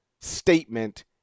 statement